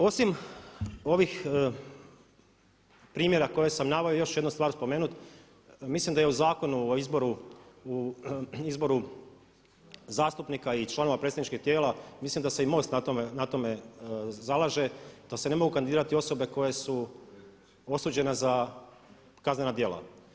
Osim ovih primjera koje sam naveo još ću jednu stvar spomenuti, mislim da je u Zakonu o izboru zastupnika i članova predstavničkih tijela mislim da se i MOST na tome zalaže da se ne mogu kandidirati osobe koje su osuđene za kaznena djela.